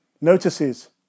notices